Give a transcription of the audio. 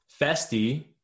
Festi